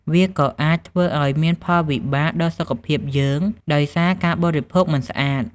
វាក៏អាចធ្វើឲ្យមានផលពិបាកដល់សុខភាពយើង ដោយសារការបរិភោគមិនស្អាត ។